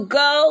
go